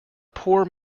poor